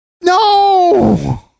No